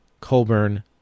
Colburn